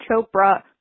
Chopra